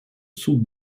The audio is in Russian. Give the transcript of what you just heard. суд